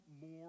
more